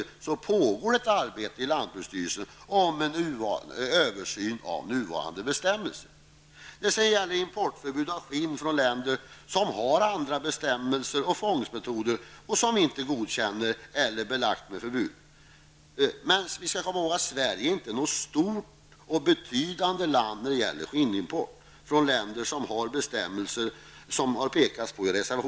I den frågan vill jag säga att i lantbruksstyrelsen pågår en översyn av nuvarande bestämmelser. Det förekommer import av skinn från länder där man tillämpar bestämmelser och fångstmetoder som vi inte godkänner eller har belagt med förbud, men vi skall komma ihåg att Sverige inte är något stort och betydande land när det gäller skinnimport från länder med bestämmelser av det slag som det pekas på i reservation 7.